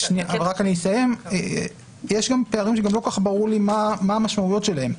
יש פערים שגם לא כל כך ברור לי מה המשמעויות שלהם.